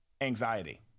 anxiety